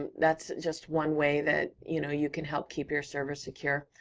that's just one way that you know you can help keep your server secure.